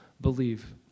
believe